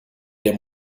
der